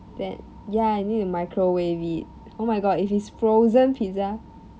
then ya need to microwave it oh my god if it's frozen pizza